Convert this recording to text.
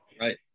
right